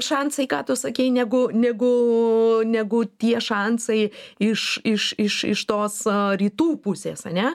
šansai ką tu sakei negu negu negu tie šansai iš iš iš iš tos rytų pusės ane